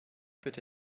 peut